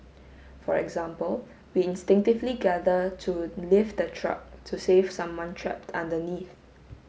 for example we instinctively gather to lift a truck to save someone trapped underneath